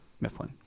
Mifflin